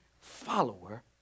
follower